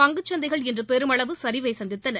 பங்குச்சந்தைகள் இன்று பெருமளவு சரிவை சந்தித்தன